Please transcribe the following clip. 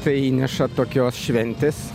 tai įneša tokios šventės